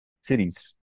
cities